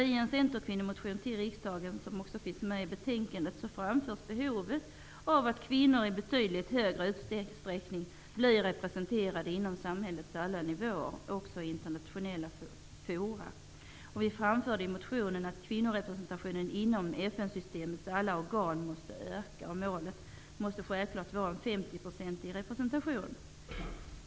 I en centerkvinnomotion till riksdagen -- även den finns med i betänkandet -- framförs behovet av att kvinnor i betydligt högre utsträckning blir representerade inom samhällets alla nivåer -- också i internationella fora. Vi framför i motionen att kvinnorepresentationen inom FN-systemets alla organ måste öka. Målet måste självfallet vara en 50 procentig representation.